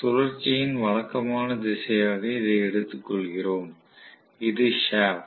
சுழற்சியின் வழக்கமான திசையாக இதை எடுத்துக்கொள்கிறோம் இது ஷாப்ட்